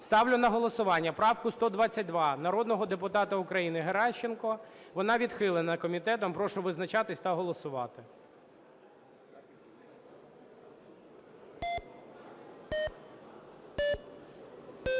Ставлю на голосування правку 122 народного депутата України Геращенко. Вона відхилена комітетом. Прошу визначатися та голосувати.